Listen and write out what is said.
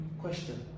Question